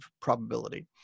probability